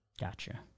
Gotcha